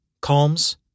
Calms